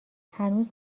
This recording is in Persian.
هنوزم